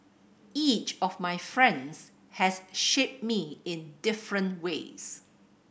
each of my friends has shaped me in different ways